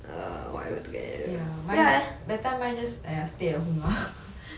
ya mine that time mine just !aiya! stay at home lah